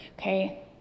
okay